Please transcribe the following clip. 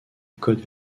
code